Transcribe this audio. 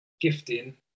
gifting